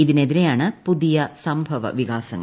ഇതിനെതിരെയാണ് പുതിയ സംഭവ വികാസങ്ങൾ